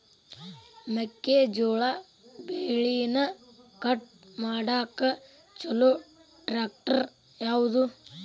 ಮೆಕ್ಕೆ ಜೋಳ ಬೆಳಿನ ಕಟ್ ಮಾಡಾಕ್ ಛಲೋ ಟ್ರ್ಯಾಕ್ಟರ್ ಯಾವ್ದು?